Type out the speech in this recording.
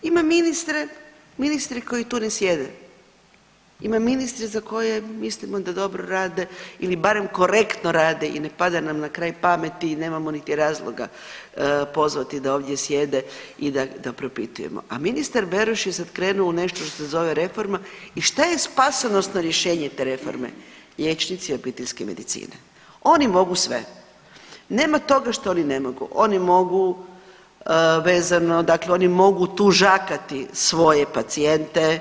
Ima ministre, ministri koji tu ne sjede, ima ministre za koje mislimo da dobro rade ili barem korektno rade i ne pada nam na kraj pameti i nemamo niti razloga pozvati da ovdje sjede i da, da propitujemo, a ministar Beroš je sad krenuo u nešto što se zove reforma i šta je spasonosno rješenje te reforme, liječnici obiteljske medicine, oni mogu sve, nema toga što oni ne mogu, oni mogu vezano dakle oni mogu tužakati svoje pacijente